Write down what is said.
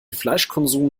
fleischkonsum